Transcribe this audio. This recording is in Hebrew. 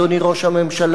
אדוני ראש הממשלה: